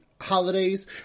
holidays